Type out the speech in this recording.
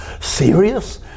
serious